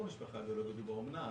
הוא לא במשפחה ביולוגית, הוא באומנה.